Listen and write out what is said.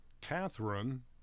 Catherine